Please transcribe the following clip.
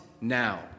now